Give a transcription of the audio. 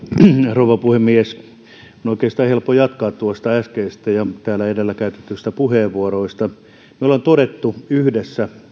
rouva puhemies on oikeastaan helppo jatkaa tuosta äskeisestä ja täällä edellä käytetyistä puheenvuoroista me olemme todenneet yhdessä